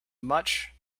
much